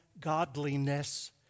godliness